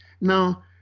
Now